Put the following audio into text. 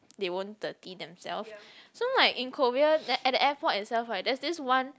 they won't dirty themself so like in Korea then at the airport itself what there's this one